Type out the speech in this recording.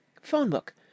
Phone-book